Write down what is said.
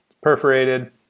Perforated